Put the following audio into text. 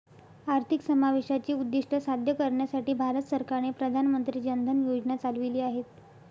आर्थिक समावेशाचे उद्दीष्ट साध्य करण्यासाठी भारत सरकारने प्रधान मंत्री जन धन योजना चालविली आहेत